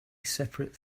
seperate